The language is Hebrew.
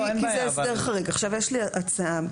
יש לי הצעה.